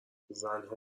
زنها